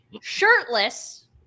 shirtless